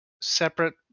separate